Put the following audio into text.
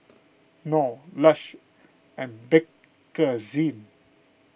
Knorr Lush and Bakerzin